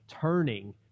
turning